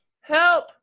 Help